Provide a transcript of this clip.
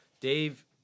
Dave